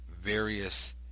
various